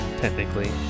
technically